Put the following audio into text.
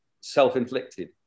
self-inflicted